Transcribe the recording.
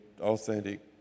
authentic